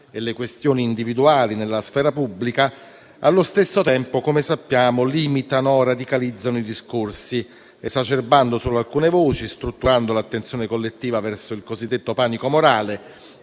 e le questioni individuali nella sfera pubblica, allo stesso tempo, come sappiamo, limitano e radicalizzano i discorsi, esacerbando solo alcune voci e strutturando l'attenzione collettiva verso il cosiddetto panico morale,